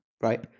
Right